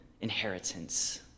inheritance